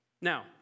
Now